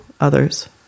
others